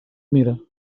mire